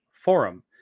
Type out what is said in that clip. forum